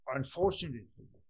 unfortunately